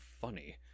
funny